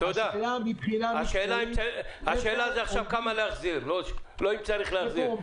השאלה היא כמה להחזיר, לא האם צריך להחזיר.